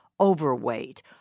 overweight